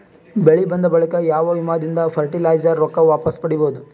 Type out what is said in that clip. ಬೆಳಿ ಬಂದ ಬಳಿಕ ಯಾವ ವಿಮಾ ದಿಂದ ಫರಟಿಲೈಜರ ರೊಕ್ಕ ವಾಪಸ್ ಪಡಿಬಹುದು?